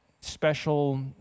special